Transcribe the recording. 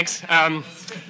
Thanks